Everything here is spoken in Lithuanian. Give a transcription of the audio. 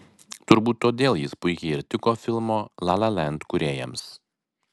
turbūt todėl jis puikiai ir tiko filmo la la land kūrėjams